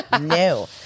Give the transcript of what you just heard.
No